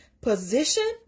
position